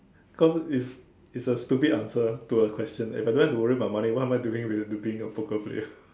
cause if it's a stupid answer to a question and if I don't have to worry about money what am I doing with to being a poker player